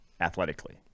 athletically